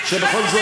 והליכות?